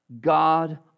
God